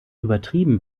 übertrieben